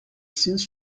since